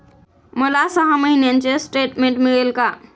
मला सहा महिन्यांचे स्टेटमेंट मिळेल का?